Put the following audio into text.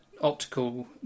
optical